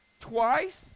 twice